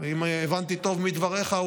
אם הבנתי טוב מדבריך,